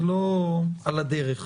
זה לא על הדרך,